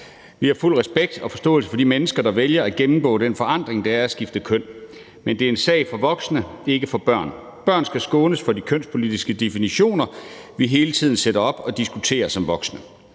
Vi har fuld respekt og forståelse for de mennesker, der vælger at gennemgå den forandring, det er at skifte køn, men det er en sag for voksne, ikke for børn. Børn skal skånes for de kønspolitiske definitioner, vi hele tiden sætter op og diskuterer som voksne.